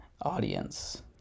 audience